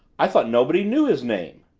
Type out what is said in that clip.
i thought nobody knew his name?